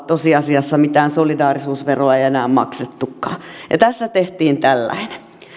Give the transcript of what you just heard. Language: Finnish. tosiasiassa mitään solidaarisuusveroa ei enää maksettukaan ja tässä tehtiin tällainen